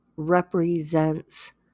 represents